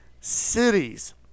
cities